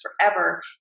forever